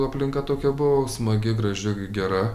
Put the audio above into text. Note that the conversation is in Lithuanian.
aplinka tokia buvo smagi graži gera